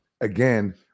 again